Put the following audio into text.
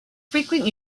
frequent